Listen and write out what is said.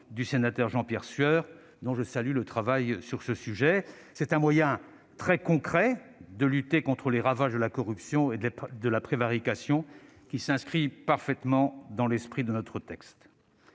de loi de Jean-Pierre Sueur, dont je salue le travail sur ce sujet. C'est un moyen très concret de lutter contre les ravages de la corruption et de la prévarication, qui s'inscrit parfaitement dans l'esprit de notre texte.